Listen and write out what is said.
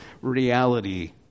reality